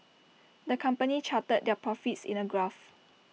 the company charted their profits in A graph